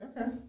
Okay